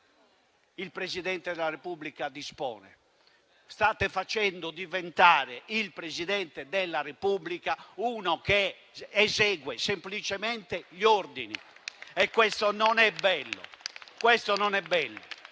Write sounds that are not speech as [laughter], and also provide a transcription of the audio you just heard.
Il Presidente della Repubblica dispone. State facendo diventare il Presidente della Repubblica uno che esegue semplicemente gli ordini [applause] e questo non è bello.